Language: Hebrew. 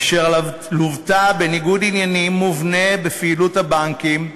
אשר לוותה בניגוד עניינים מובנה בפעילות הבנקים,